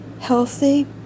healthy